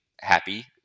happy